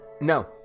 No